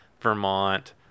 Vermont